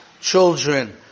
children